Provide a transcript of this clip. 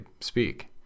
speak